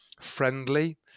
friendly